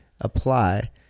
apply